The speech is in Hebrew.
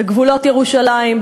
בגבולות ירושלים,